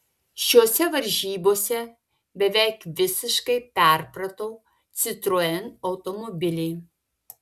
šiose varžybose beveik visiškai perpratau citroen automobilį